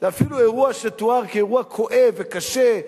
זה אפילו תואר כאירוע כואב וקשה,